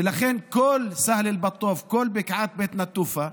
ולכן כל סהל אל-בטוף, כל בקעת בית נטופה,